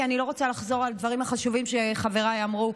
כי אני לא רוצה לחזור על הדברים החשובים שחבריי אמרו.